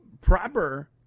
proper